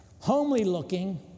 homely-looking